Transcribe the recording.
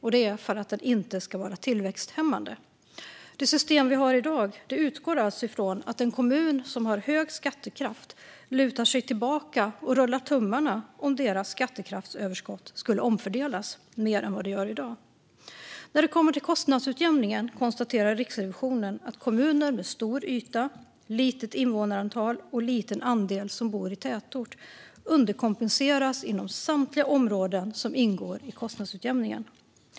Det är för att den inte ska vara tillväxthämmande. Det system vi har i dag utgår alltså från att en kommun som har en hög skattekraft lutar sig tillbaka och rullar tummarna om deras skattekraftsöverskott skulle omfördelas mer än vad man gör i dag. När det kommer till kostnadsutjämningen konstaterar Riksrevisionen att kommuner med stor yta, litet invånarantal och en liten andel som bor i tätort underkompenseras inom samtliga områden som ingår i kostnadsutjämningen.